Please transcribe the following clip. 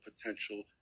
potential